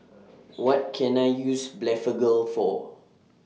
What Can I use Blephagel For